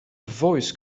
voice